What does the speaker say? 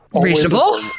Reasonable